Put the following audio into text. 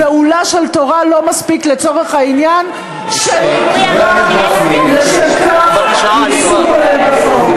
ועוּלה של תורה לא מספיק לצורך העניין שנקבע לשם כך ייצוג הולם בחוק.